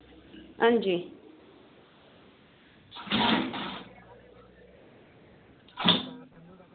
हां जी